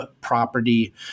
property